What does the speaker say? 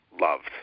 loved